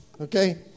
okay